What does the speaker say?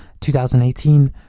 2018